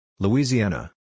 Louisiana